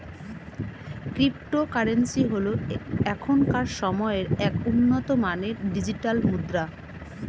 cryptocurrency হল এখনকার সময়ের এক উন্নত মানের ডিজিটাল মুদ্রা